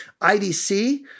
IDC